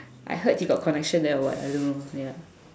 I heard he got connection there or what I don't know ya